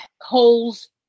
holes